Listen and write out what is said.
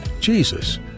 Jesus